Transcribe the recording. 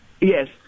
Yes